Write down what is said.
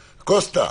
לפוסטה,